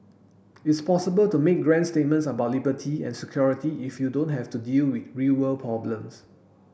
it's possible to make grand statements about liberty and security if you don't have to deal with real world problems